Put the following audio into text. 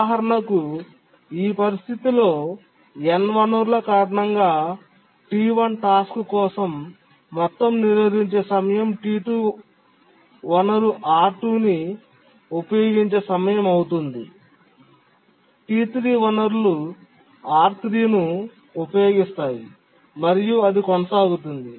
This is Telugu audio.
ఉదాహరణకు ఈ పరిస్థితిలో n వనరుల కారణంగా T1 టాస్క్ కోసం మొత్తం నిరోధించే సమయం T2 వనరు R2 ను ఉపయోగించే సమయం అవుతుంది T3 వనరులు R3 ను ఉపయోగిస్తుంది మరియు అది కొనసాగుతుంది